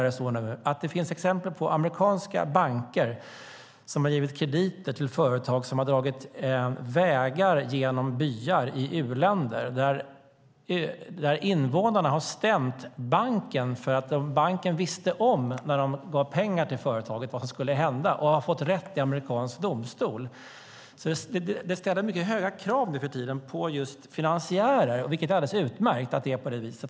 Det finns exempel på amerikanska banker som har givit krediter till företag som har dragit vägar genom byar i u-länder där invånarna har stämt banken, för banken visste om när de gav pengar till företaget vad som skulle hända. De har fått rätt i amerikansk domstol. Det ställs mycket höga krav nu för tiden på finansiärer, vilket är alldeles utmärkt.